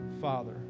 father